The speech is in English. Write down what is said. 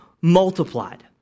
multiplied